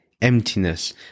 Emptiness